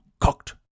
cocked